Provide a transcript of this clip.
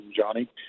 Johnny